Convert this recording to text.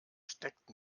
steckt